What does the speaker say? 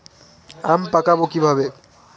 আম পাকাবো কিভাবে?